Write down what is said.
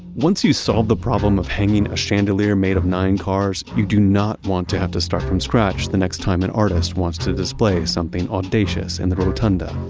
once you solve the problem of hanging a chandelier made of nine cars, you do not want to have to start from scratch the next time an artist wants to display something audacious in the rotunda.